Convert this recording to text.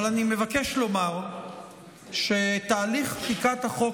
אבל אני מבקש לומר שתהליך חקיקת החוק